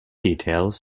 details